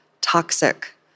Toxic